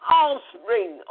offspring